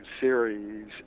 series